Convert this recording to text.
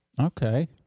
Okay